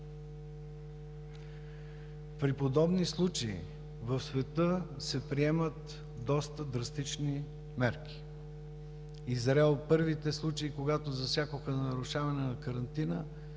При подобни случаи в света се приемат доста драстични мерки – в Израел при първите случаи, когато засякоха нарушаване на карантината,